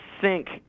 sink